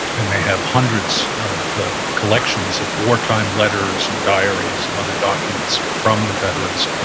and they have hundreds of collections of wartime letters and diaries and other documents from the veterans.